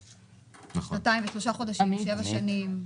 שנתיים ושלושה חודשים, שבע שנים.